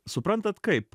suprantat kaip